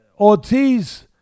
Ortiz